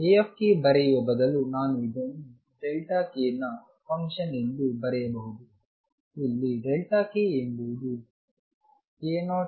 A ಬರೆಯುವ ಬದಲು ನಾನು ಇದನ್ನು Δk ನ ಫಂಕ್ಷನ್ ಎಂದು ಬರೆಯಬಹುದು ಇಲ್ಲಿ k ಎಂಬುದು k 0